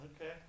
Okay